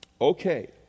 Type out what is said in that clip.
okay